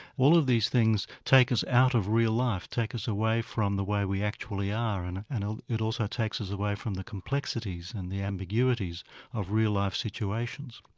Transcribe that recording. all of these things take us out of real life, take us away from the way we actually are, and and ah it also takes us away from the complexities and the ambiguities of real life situations.